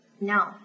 No